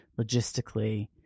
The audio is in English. logistically